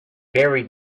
very